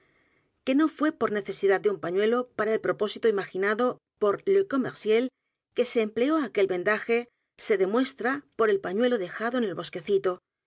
que no fue por necesidad de un pañuelo p a r a el propósito i m a g i nado p o r le commerciel que se empleó aquel vendaje s e demuestra por el pañuelo dejado en el bosquecito